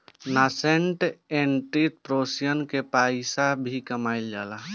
nascent entrepreneurship में पइसा भी कामयिल जाला